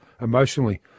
emotionally